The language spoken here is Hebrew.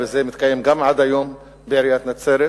וזה מתקיים עד היום בעיריית נצרת,